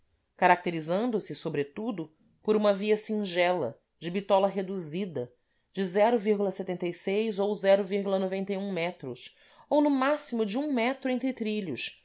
estabelecimento caracterizando se sobretudo por uma via singela de bitola reduzida dizer ano metros ou no máximo de um metro entre trilhos